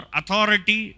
authority